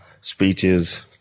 speeches